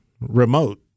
remote